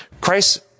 Christ